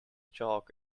chalk